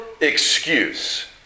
excuse